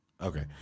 Okay